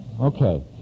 Okay